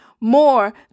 more